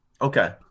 Okay